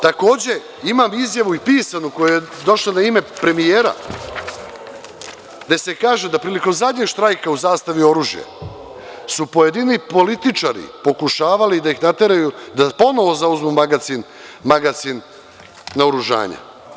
Takođe, imam i pisanu izjavu koja je došla na ime premijera, gde se kaže da su prilikom zadnjeg štrajka u „Zastavi oružje“ pojedini političari pokušavali da ih nateraju da ponovo zauzmu magacin naoružanja.